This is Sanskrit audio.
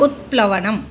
उत्प्लवनम्